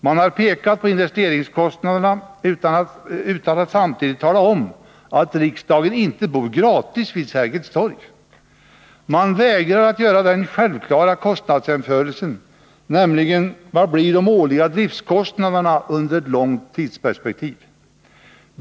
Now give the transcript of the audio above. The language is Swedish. Man har pekat på investeringskostnaderna, utan att samtidigt tala om att riksdagen inte bor gratis vid Sergels torg. Man vägrar att göra den självklara kostnadsjämförelsen — vilka blir de årliga driftkostnaderna i ett långt tidsperspektiv?